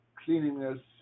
cleanliness